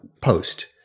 post